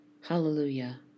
Hallelujah